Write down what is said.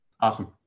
Awesome